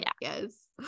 yes